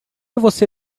você